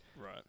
Right